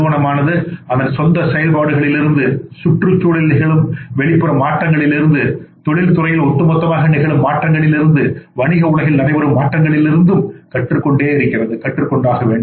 நிறுவனமானது அதன் சொந்த செயல்பாடுகளிலிருந்து சுற்றுச்சூழலில் நிகழும் வெளிப்புற மாற்றங்களிலிருந்து தொழில்துறையில் ஒட்டுமொத்தமாக நிகழும் மாற்றங்களிலிருந்தும் வணிக உலகில் நடைபெறும் மாற்றங்களிலிருந்தும் கற்றுக்கொள்ள வேண்டும்